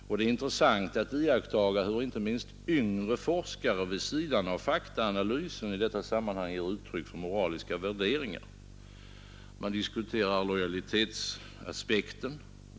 Och det är intressant att iakttaga hur inte minst yngre forskare vid sidan av faktaanalysen i detta sammanhang ger uttryck för moraliska värderingar. Man diskuterar lojalitetsaspekten.